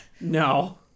No